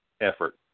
effort